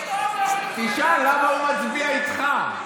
תשאל למה הוא מצביע איתך.